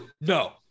No